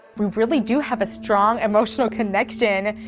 really do have a strong emotional connection,